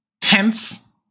tense